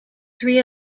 three